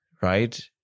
right